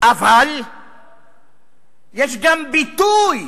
אבל יש גם ביטוי